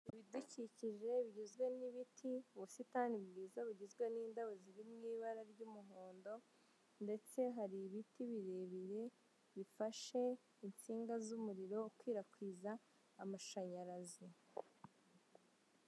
Ibidukikije bigizwe n'ibiti, ubusitani bwiza bugizwe n'indabo ziri mu ibara ry'umuhondo ndetse hari ibiti birebire bifashe insinga z'umuriro ukwirakwiza amashanyarazi.